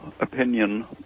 opinion